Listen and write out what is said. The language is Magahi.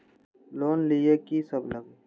लोन लिए की सब लगी?